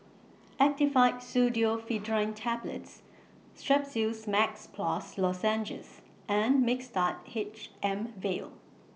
Actifed Pseudoephedrine Tablets Strepsils Max Plus Lozenges and Mixtard H M Vial